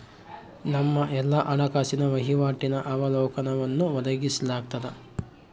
ನಮ್ಮ ಎಲ್ಲಾ ಹಣಕಾಸಿನ ವಹಿವಾಟಿನ ಅವಲೋಕನವನ್ನು ಒದಗಿಸಲಾಗ್ತದ